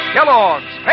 Kellogg's